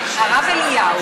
שהרב אליהו,